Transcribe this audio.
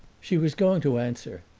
she was going to answer,